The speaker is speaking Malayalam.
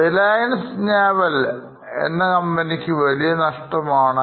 Reliance naval എന്നകമ്പനിക്ക് വലിയ നഷ്ടമാണ്